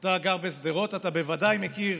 אתה גר בשדרות, אתה בוודאי מכיר